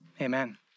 amen